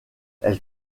elle